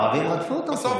הערבים רדפו אותם פה,